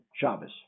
Shabbos